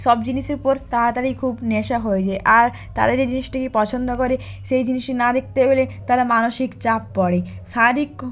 সব জিনিসের উপর তাড়াতাড়ি খুব নেশা হয়ে যায় আর তারা যে জিনিসটি পছন্দ করে সেই জিনিসটি না দেখতে পেলে তারা মানসিক চাপ পড়ে শারীক